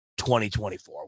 2024